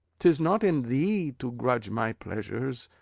tis not in thee to grudge my pleasures,